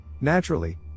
Naturally